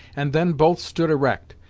and then both stood erect,